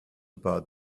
about